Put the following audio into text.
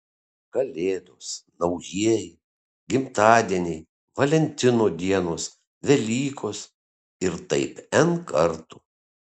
kalėdos naujieji gimtadieniai valentino dienos velykos ir taip n kartų